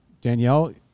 Danielle